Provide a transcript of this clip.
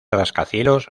rascacielos